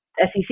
SEC